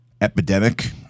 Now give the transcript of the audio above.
epidemic